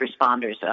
responders